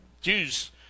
Jews